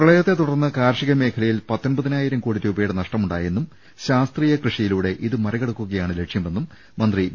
പ്രളയത്തെ തുടർന്ന് കാർഷിക മേഖലയിൽ പത്തൊൻപതിനായിരം കോടി രൂപയുടെ നഷ്ടമുണ്ടായെന്നും ശാസ്ത്രീയ കൃഷിയിലൂടെ ഇത് മറികടക്കുകയാണ് ലക്ഷ്യമെന്നും മന്ത്രി വി